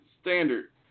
standard